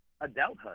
adulthood